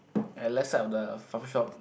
at left side of the coffee shop